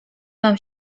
mam